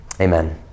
Amen